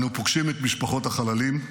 אנו פוגשים את משפחות החללים,